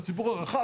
בציבור הרחב,